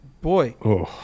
boy